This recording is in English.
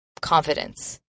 confidence